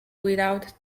without